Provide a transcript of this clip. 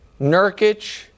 Nurkic